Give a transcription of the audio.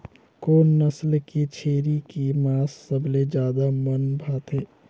कोन नस्ल के छेरी के मांस सबले ज्यादा मन भाथे?